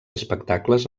espectacles